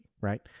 right